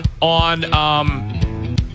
on